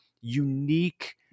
unique